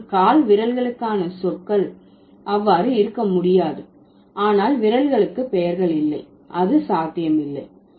ஆனால் கால்விரல்களுக்கான சொற்கள் அவ்வாறு இருக்க முடியாது ஆனால் விரல்களுக்கு பெயர்கள் இல்லை அது சாத்தியமில்லை